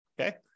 Okay